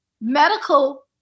medical